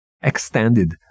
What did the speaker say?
Extended